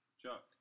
Chuck